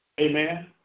Amen